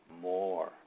more